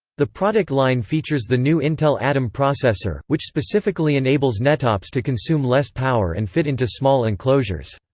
the product line features the new intel atom processor, which specifically enables nettops to consume less power and fit into small enclosures.